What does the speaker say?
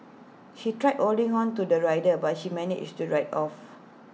she tried or ding on to the rider but she managed to ride off